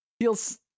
feels